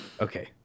Okay